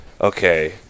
okay